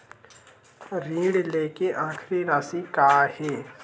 ऋण लेके आखिरी राशि का हे?